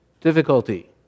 difficulty